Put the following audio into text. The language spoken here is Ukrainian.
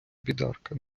бідарка